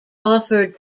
offered